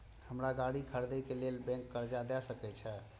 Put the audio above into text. हमरा गाड़ी खरदे के लेल बैंक कर्जा देय सके छे?